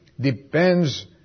depends